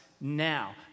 now